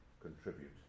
contribute